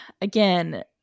Again